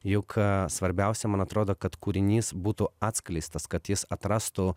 juk svarbiausia man atrodo kad kūrinys būtų atskleistas kad jis atrastų